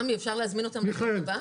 סמי, אפשר להזמין אותם לדיון הבא?